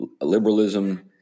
liberalism